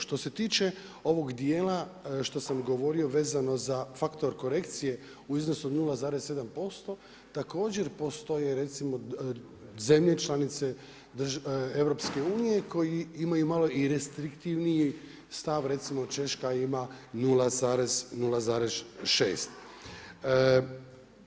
Što se tiče ovog dijela što sam govorio vezano za faktor korekcije u iznosu od 0,7%, također postoje recimo zemlje članice EU koji imaju malo restriktivniji stav, recimo Češka ima 0,6.